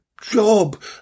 job